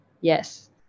yes